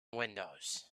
windows